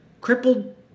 crippled